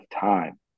time